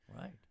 Right